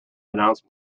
announced